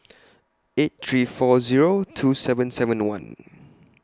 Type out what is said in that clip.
eight three four Zero two seven seven one